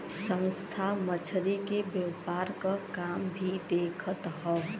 संस्था मछरी के व्यापार क काम भी देखत हौ